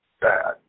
bad